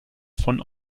von